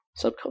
subculture